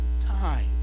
time